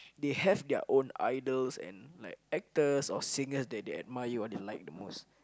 they have their own idols and like actors or singers that they admire or they like the most